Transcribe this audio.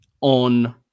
on